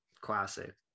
classic